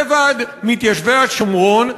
זה ועד מתיישבי השומרון,